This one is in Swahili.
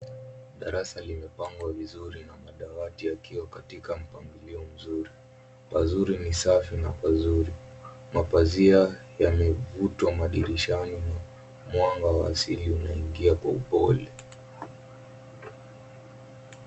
Darasa limepangwa vizuri, na madawati yakiwa katika mpangilio mzuri, pazuri ni safi, na pazuri. Mapazia yamevutwa madirishani, mwanga wa asili unaingia kwa upole,